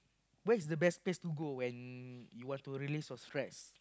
where's the place to go when you want to release your stress